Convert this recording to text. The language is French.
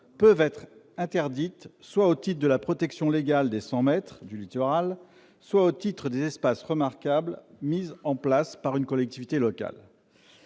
peuvent être interdites soit au titre de la protection légale des 100 mètres du littoral, soit au titre des espaces remarquables mis en place par une collectivité locale.